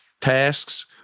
tasks